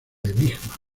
enigma